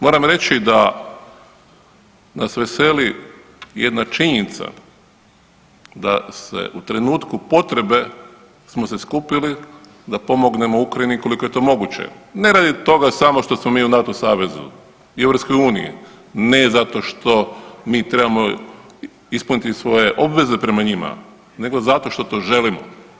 Moram reći da nas veseli jedna činjenica da se u trenutku potrebe smo se skupili da pomognemo Ukrajini koliko je to moguće ne radi toga samo što smo mi u NATO savezu i EU, ne zato što mi trebamo ispuniti svoje obveze prema njima nego zato što to želimo.